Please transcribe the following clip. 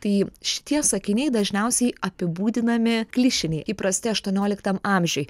tai šitie sakiniai dažniausiai apibūdinami klišiniai įprasti aštuonioliktam amžiui